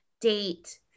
date